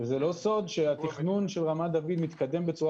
זה לא סוד שהתכנון של רמת דוד מתקדם בצורה